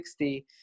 60